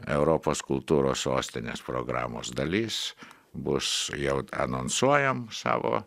europos kultūros sostinės programos dalis bus jau anonsuojam savo